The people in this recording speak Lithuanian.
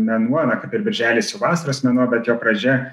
mėnuo ane kaip ir birželis vasaros mėnuo bet jo pradžia